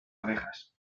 abejas